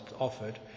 offered